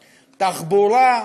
תחבורה,